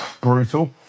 Brutal